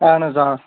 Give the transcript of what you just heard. اہَن حظ آ